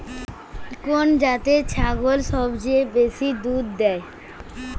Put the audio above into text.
কোন জাতের ছাগল সবচেয়ে বেশি দুধ দেয়?